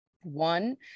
one